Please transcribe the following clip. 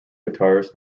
guitarist